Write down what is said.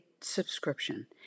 subscription